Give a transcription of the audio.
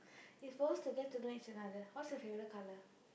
we were supposed to get to know each other what's your favourite colour